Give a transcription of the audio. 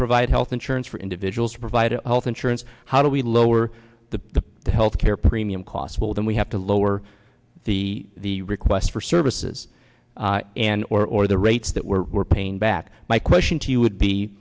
provide health insurance for individuals to provide health insurance how do we lower the health care premium costs will then we have to lower the the request for services and or the rates that we're we're paying back my question to you would be